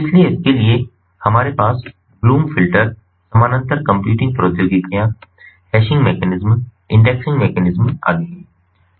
इसलिए इसके लिए हमारे पास ब्लूम फ़िल्टर समानांतर कंप्यूटिंग प्रौद्योगिकियाँ हैशिंग मैकेनिज़्म इंडेक्सिंग मैकेनिज़म आदि हैं